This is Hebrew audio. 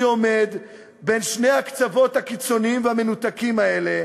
עומד בין שני הקצוות הקיצוניים והמנותקים האלה.